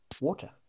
water